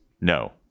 no